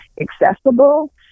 accessible